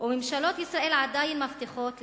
וממשלות ישראל עדיין מבטיחות להקפיא.